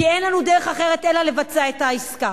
כי אין לנו דרך אחרת אלא לבצע את העסקה.